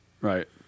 Right